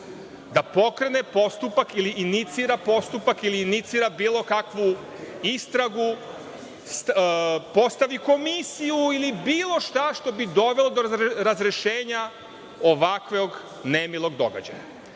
da pokrene postupak ili inicira postupak ili inicira bilo kakvu istragu, postavi komisiju ili bilo šta što bi dovelo do razrešenja ovakvog nemilog događaja?